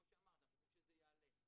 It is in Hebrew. כמו שאמרת, אנחנו רוצים שזה יעלה.